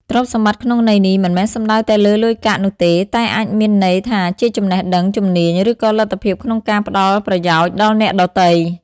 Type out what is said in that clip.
ទ្រព្យសម្បត្តិក្នុងន័យនេះ មិនមែនសំដៅតែលើលុយកាក់នោះទេ តែអាចមានន័យថាជាចំណេះដឹង ជំនាញ ឬក៏លទ្ធភាពក្នុងការផ្តល់ប្រយោជន៍ដល់អ្នកដទៃ។